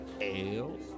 ale